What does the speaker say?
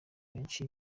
benshi